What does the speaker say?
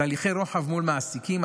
תהליכי רוחב מול מעסיקים,